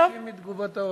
חוששים מתגובת ההורים.